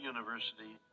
University